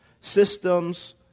systems